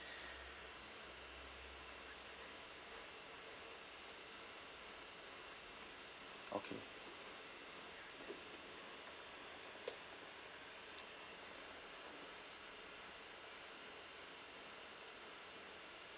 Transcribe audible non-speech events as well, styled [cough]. [breath] okay